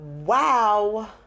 wow